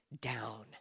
down